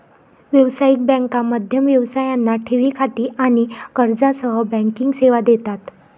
व्यावसायिक बँका मध्यम व्यवसायांना ठेवी खाती आणि कर्जासह बँकिंग सेवा देतात